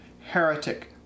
Heretic